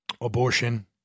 abortion